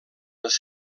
les